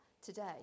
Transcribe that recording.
today